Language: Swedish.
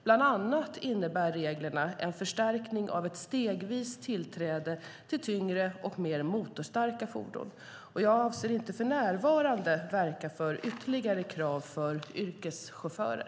Bland annat innebär reglerna en förstärkning av ett stegvis tillträde till tyngre och mer motorstarka fordon. Jag avser inte att för närvarande verka för ytterligare krav för yrkeschaufförer.